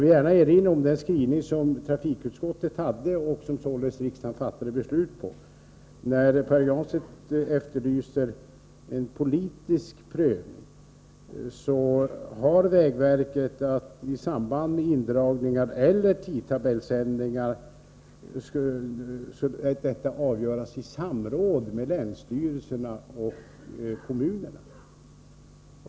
När Pär Granstedt efterlyser en politisk prövning, vill jag gärna erinra om trafikutskottets skrivning, som låg till grund för riksdagsbeslutet. Frågor om indragningar eller tidtabellsändringar skall avgöras av vägverket i samråd med länsstyrelserna och kommunerna.